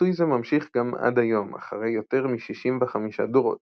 ניסוי זה ממשיך גם עד היום, אחרי יותר מ-65 דורות.